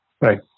Right